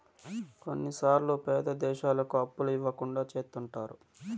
కొన్నిసార్లు పేద దేశాలకు అప్పులు ఇవ్వకుండా చెత్తుంటారు